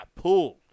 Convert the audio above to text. pulled